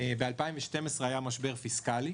ב-2012 היה משבר פיסקאלי.